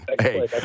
Hey